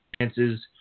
chances